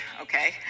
okay